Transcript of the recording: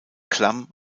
klamm